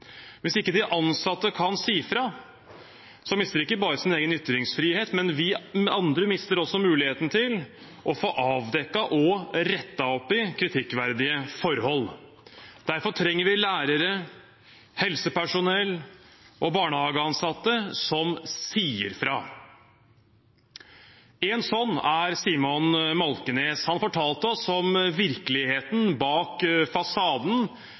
Hvis de ansatte ikke kan si fra, mister de ikke bare sin egen ytringsfrihet, vi andre mister også muligheten til å få avdekket og rettet opp i kritikkverdige forhold. Derfor trenger vi lærere, helsepersonell og barnehageansatte som sier fra. En sånn er Simon Malkenes. Han fortalte oss om virkeligheten bak fasaden